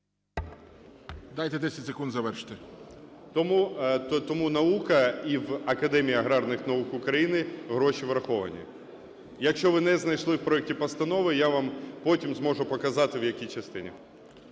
Дайте 10 секунд завершити. ТРУХІН О.М. Тому наука і в Академії аграрних наук України гроші враховані. Якщо ви не знайшли у проекті постанови, я вам потім зможу показати, в якій частині.